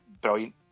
brilliant